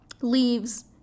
leaves